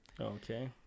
okay